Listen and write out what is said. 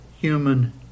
human